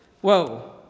Whoa